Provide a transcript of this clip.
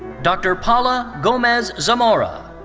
dr. paula gomez zamora.